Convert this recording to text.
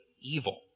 evil